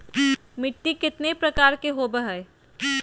मिट्टी केतना प्रकार के होबो हाय?